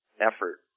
effort